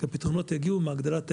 הפתרונות יגיעו מהגדלת ההיצע.